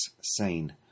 sane